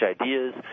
ideas